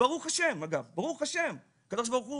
ברוך ה' אגב, ברוך ה', הקדוש ברוך הוא